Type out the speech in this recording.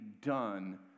done